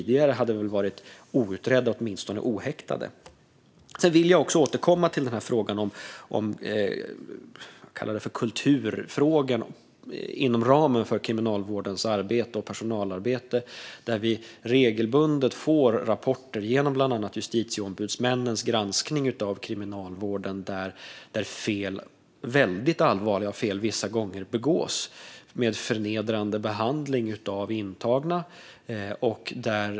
Dessa brott har tidigare varit outredda eller har åtminstone inte lett till någon häktning. Jag vill även återkomma till det som kan kallas kulturfrågor inom ramen för Kriminalvårdens arbete och personalarbete. Vi får regelbundet rapporter från bland annat justitieombudsmännens granskning av kriminalvården där fel och ibland väldigt allvarliga sådana begås. Det handlar bland annat om förnedrande behandling av intagna.